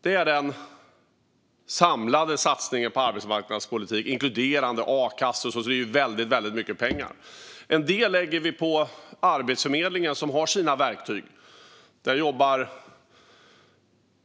Det är den samlade satsningen på arbetsmarknadspolitik, inkluderande a-kassan. Det är väldigt mycket pengar. En del lägger vi på Arbetsförmedlingen, som har sina verktyg. Där jobbar